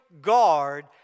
Guard